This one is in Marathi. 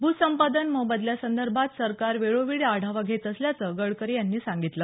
भूसंपादन मोबदल्यासंदर्भात सरकार वेळोवेळी आढावा घेत असल्याचं गडकरी यांनी सांगितलं